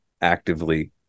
actively